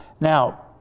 now